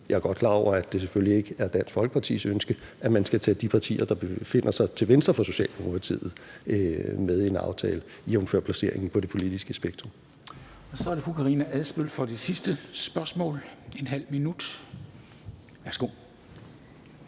Jeg er godt klar over, at det selvfølgelig ikke er Dansk Folkepartis ønske, at man skal tage de partier, der befinder sig til venstre for Socialdemokratiet, med i en aftale, jævnfør placeringen på det politiske spektrum. Kl. 13:18 Formanden (Henrik Dam Kristensen): Så er det fru Karina Adsbøl for det sidste spørgsmål, ½ minut. Værsgo.